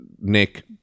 Nick